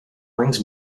brings